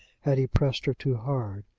had he pressed her too hard.